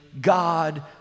God